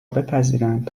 بپذیرند